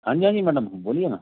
हाँ जी हाँ जी मैडम बोलिए ना